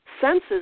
senses